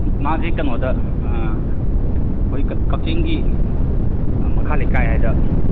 ꯃꯥꯁꯦ ꯀꯩꯅꯣꯗ ꯑꯩꯈꯣꯏ ꯀꯛꯆꯤꯡꯒꯤ ꯃꯈꯥ ꯂꯩꯀꯥꯏ ꯍꯥꯏꯗꯅ